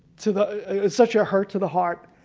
to the such a hurt to the heart.